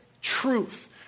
truth